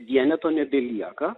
vieneto nebelieka